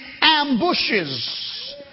ambushes